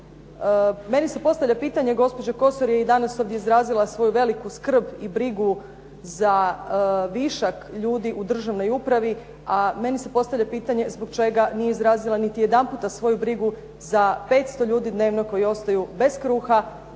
meni se postavlja pitanje, gospođa Kosor je i danas ovdje izrazila svoju skrb i brigu za višak ljudi u državnoj upravi, a meni su postavljali pitanje zbog čega nije izrazila niti jedanput svoju brigu za 500 ljudi dnevno koji ostaju bez kruha,